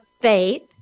faith